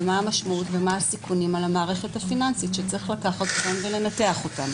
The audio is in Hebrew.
ומה המשמעות ומה הסיכונים על המערכת הפיננסית שצריך לקחת ולנתח אותם.